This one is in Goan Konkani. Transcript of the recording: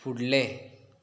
फुडलें